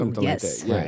Yes